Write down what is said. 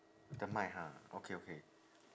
the mic ha okay okay